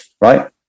right